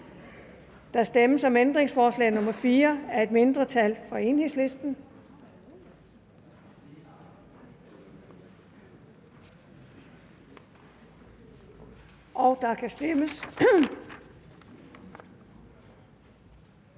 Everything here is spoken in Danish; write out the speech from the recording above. Der stemmes om ændringsforslag nr. 4 af et mindretal (EL), og der kan stemmes.